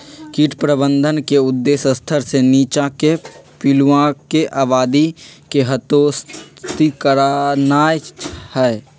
कीट प्रबंधन के उद्देश्य स्तर से नीच्चाके पिलुआके आबादी के हतोत्साहित करनाइ हइ